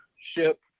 ship